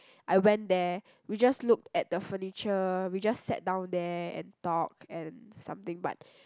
I went there we just look at the furniture we just sat down there and talk and something but